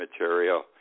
material